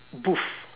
booth